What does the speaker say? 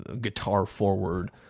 guitar-forward